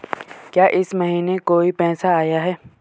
क्या इस महीने कोई पैसा आया है?